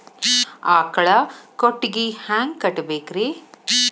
ಆಕಳ ಕೊಟ್ಟಿಗಿ ಹ್ಯಾಂಗ್ ಕಟ್ಟಬೇಕ್ರಿ?